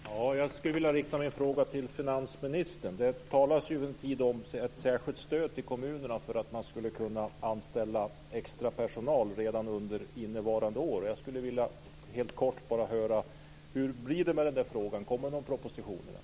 Fru talman! Jag skulle vilja rikta en fråga till finansministern. Det har ju under en tid talats om ett särskilt stöd till kommunerna för att man ska kunna anställa extrapersonal redan under innevarande år. Helt kort skulle jag vilja höra hur det blir med den frågan. Kommer det någon proposition där?